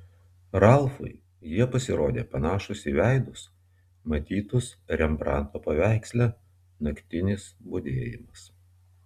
ralfui jie pasirodė panašūs į veidus matytus rembranto paveiksle naktinis budėjimas